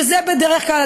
שזה בדרך כלל,